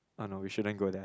oh no we shouldn't go there